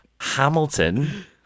Hamilton